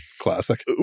classic